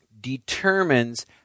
determines